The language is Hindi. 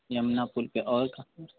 यमुना पुल पर और कहाँ